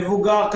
מבוגר,